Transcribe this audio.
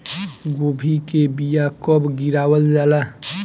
गोभी के बीया कब गिरावल जाला?